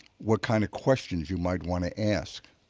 what kind of questions you might want to ask.